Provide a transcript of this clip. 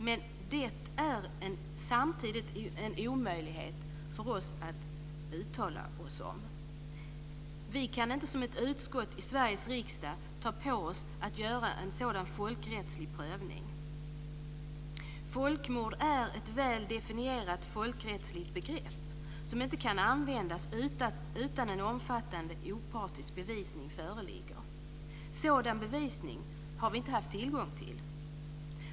Men det är samtidigt en omöjlighet för oss att uttala oss om detta. Vi kan inte som ett utskott i Sveriges riksdag ta på oss att göra en sådan folkrättslig prövning. Folkmord är ett väl definierat folkrättsligt begrepp som inte kan användas utan att en omfattande opartisk bevisning föreligger. Sådan bevisning har vi inte haft tillgång till.